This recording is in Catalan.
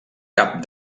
cap